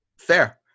Fair